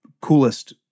coolest